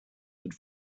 had